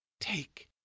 Take